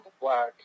Black